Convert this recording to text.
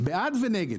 בעד ונגד.